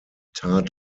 tat